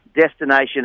destination